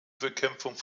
bekämpfung